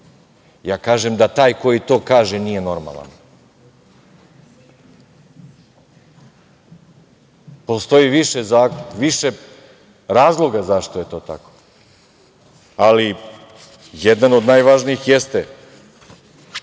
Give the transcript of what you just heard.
Ja kažem da taj koji to kaže, nije normalan. Postoji više razloga zašto je to tako, ali jedan od najvažnijih jeste